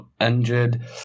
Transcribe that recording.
injured